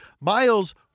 Miles